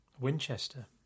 Winchester